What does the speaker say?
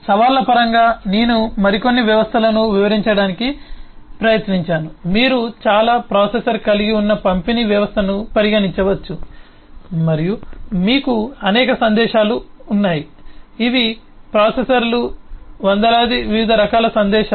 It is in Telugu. సవాళ్ళ పరంగా నేను మరికొన్ని వ్యవస్థలను వివరించడానికి ప్రయత్నించాను మీరు చాలా ప్రాసెసర్ కలిగి ఉన్న పంపిణీ వ్యవస్థను పరిగణించవచ్చు మరియు మీకు అనేక సందేశాలు ఉన్నాయి ఇవి ప్రాసెసర్లు వందలాది వివిధ రకాల సందేశాలు